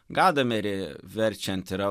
gadamerį verčiant yra